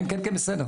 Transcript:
הבנתי.